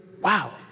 wow